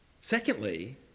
secondly